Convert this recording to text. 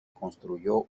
construyó